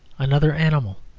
another animal.